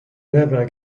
never